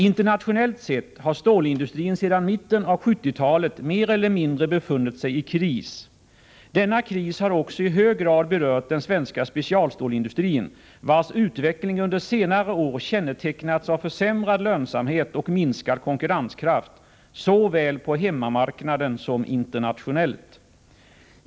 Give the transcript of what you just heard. Internationellt sett har stålindustrin sedan mitten av 1970-talet mer eller mindre befunnit sig i kris. Denna kris har också i hög grad berört den svenska specialstålsindustrin, vars utveckling under senare år kännetecknats av försämrad lönsamhet och minskad konkurrenskraft, såväl på hemmamarknaden som internationellt.